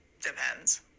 depends